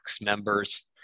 members